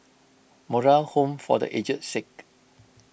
Moral Home for the Aged Sick